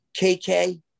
KK